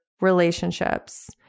relationships